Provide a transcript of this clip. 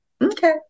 Okay